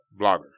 Blogger